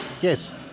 Yes